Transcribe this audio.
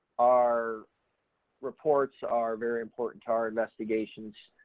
our reports are very important to our investigations.